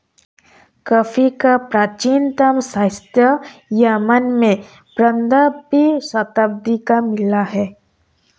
coffee का प्राचीनतम साक्ष्य यमन में पंद्रहवी शताब्दी का मिला है